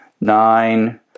nine